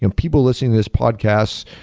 and people listening this podcasts,